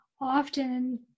often